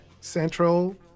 Central